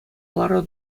лару